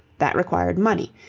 that required money,